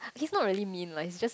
he's not really mean lah he's just